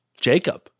Jacob